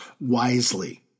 wisely